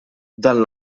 dan